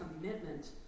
commitment